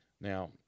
Now